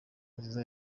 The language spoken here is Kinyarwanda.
nziza